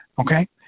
Okay